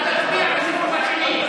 אתה תצביע בסיבוב השני.